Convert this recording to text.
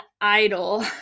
idol